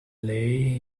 lay